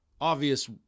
obvious